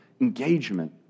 engagement